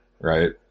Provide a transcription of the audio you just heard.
right